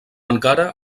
encara